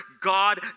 God